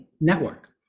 network